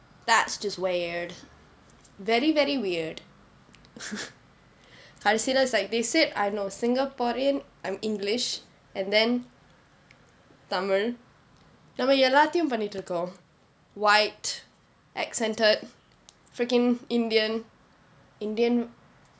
that's just weird very very weird கடைசிலே:kadaisilae is like they said I not singaporean I'm english and then tamil நம்ம எல்லாத்தையும் பண்ணிட்டு இருக்கோம்:namma ellathaiyum pannittu irukkom white accented freaking indian indian